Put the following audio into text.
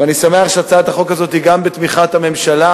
ואני שמח שהצעת החוק הזאת היא גם בתמיכת הממשלה.